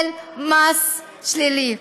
של מס שלילי.